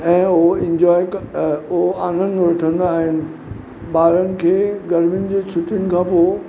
ऐं हू इन्जॉय अ ओ आनंद वठंदा आहिनि ॿारनि खे गर्मियुनि जी छुटियुनि खां पोइ